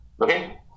Okay